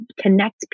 connect